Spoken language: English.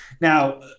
now